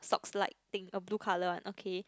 socks like thing a blue colour one okay